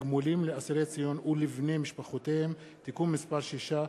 תגמולים לאסירי ציון ולבני משפחותיהם (תיקון מס' 6),